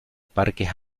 parques